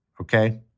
okay